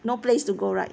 no place to go right